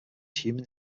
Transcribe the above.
human